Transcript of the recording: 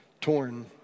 torn